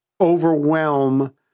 overwhelm